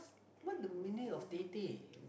what the meaning of tete